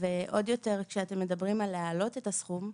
ועוד יותר כשאתם מדברים על להעלות את הסכום,